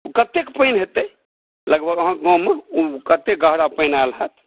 ओ कतेक पानि हेतै लगभग अहाँके गाँवमे ओ कते गहरा पानि आएल होएत